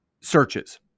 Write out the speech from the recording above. searches